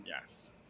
Yes